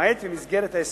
למעט במסגרת עסק.